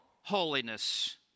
holiness